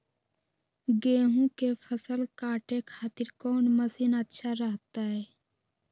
गेहूं के फसल काटे खातिर कौन मसीन अच्छा रहतय?